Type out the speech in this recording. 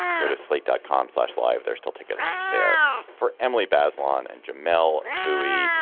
go to slate dot com, slash live there. still tickets there for emily bazelon and jamelle bouie.